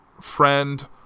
friend